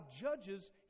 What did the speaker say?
judges